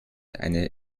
eine